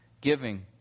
giving